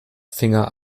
finger